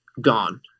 gone